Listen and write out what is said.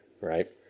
Right